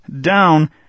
down